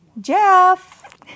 Jeff